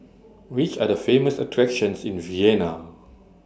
Which Are The Famous attractions in Vienna